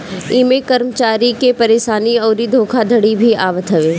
इमें कर्मचारी के परेशानी अउरी धोखाधड़ी भी आवत हवे